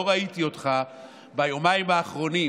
לא ראיתי אותך ביומיים האחרונים,